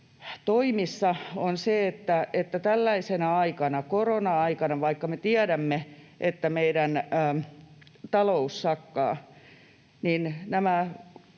toimissa, on se, että tällaisena aikana, korona-aikana, vaikka me tiedämme, että meidän talous sakkaa, nämä